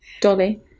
dolly